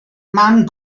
man